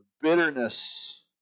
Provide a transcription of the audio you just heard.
bitterness